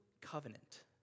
covenant